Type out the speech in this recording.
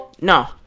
No